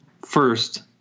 first